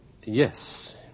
Yes